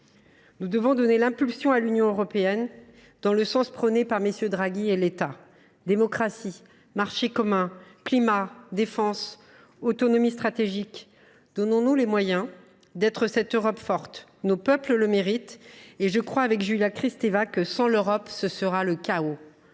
Nous devons donner l’impulsion à l’Union européenne dans le sens prôné par MM. Draghi et Letta. Démocratie, marché commun, climat, défense, autonomie stratégique : donnons nous les moyens d’être cette Europe forte. Nos peuples le méritent. Je crois, avec Julia Kristeva, que, « sans l’Europe, ce sera le chaos